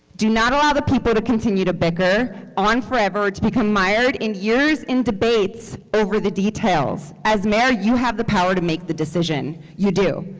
do not allow the people to continue to bicker on forever, to become mired in years of debates over the details. as mayor, you have the power to make the decision. you do.